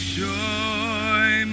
joy